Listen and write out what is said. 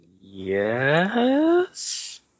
yes